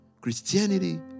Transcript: Christianity